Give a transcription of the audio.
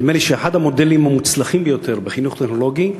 נדמה לי שאחד המודלים המוצלחים ביותר בחינוך טכנולוגי,